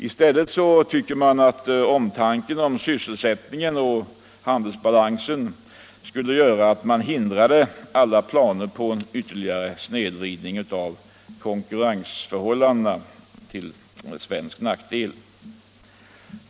I stället borde omtanken om sysselsättningen och handelsbalansen hindra alla planer på en ytterligare snedvridning av konkurrensförhållandena till svensk nackdel.